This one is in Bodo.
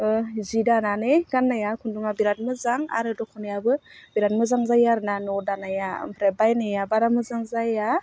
ओह जि दानानै गाननाया खुन्दुङा बिराद मोजां आरो दख'नायाबो बिराद मोजां जायो आरोना न'वाव दानाया आमफ्राय बायनाया बारा मोजां जाया